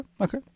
okay